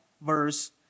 verse